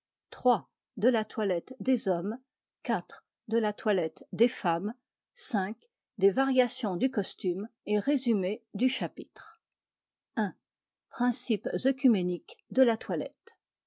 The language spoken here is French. de la toilette des hommes iv de la toilette des femmes v des variations du costume et résumé du chapitre principes œcuméniques de la toilette